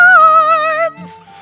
arms